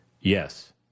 yes